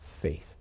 faith